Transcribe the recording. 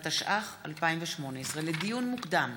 התשע"ח 2018. לדיון מוקדם,